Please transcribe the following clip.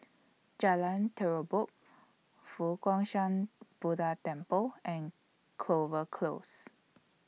Jalan Terubok Fo Guang Shan Buddha Temple and Clover Close